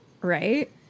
right